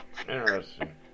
interesting